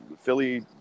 Philly